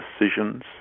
decisions—